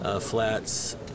flats